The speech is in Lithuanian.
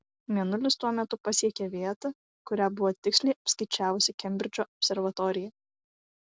mėnulis tuo metu pasiekė vietą kurią buvo tiksliai apskaičiavusi kembridžo observatorija